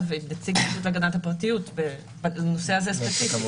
עם נציג הרשות להגנת הפרטיות בנושא הזה ספציפית.